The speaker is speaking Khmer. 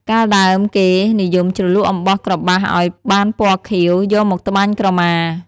កាលដើមគេ និយមជ្រលក់អំបោះក្របាសឱ្យបានពណ៌ខៀវ យកមកត្បាញក្រមា។